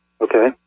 Okay